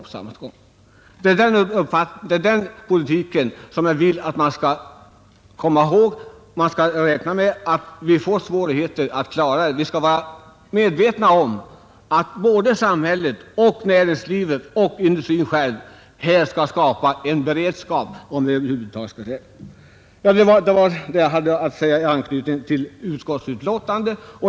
Vi måste komma ihåg att med den synen på politiken får vi räkna med stora svårigheter framöver. Vi skall vara medvetna om att såväl samhället som näringslivet och industrin själv skall skapa en beredskap om det över huvud taget skall ske. Det var vad jag hade att säga i anknytning till utskottets utlåtande.